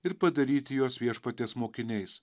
ir padaryti juos viešpaties mokiniais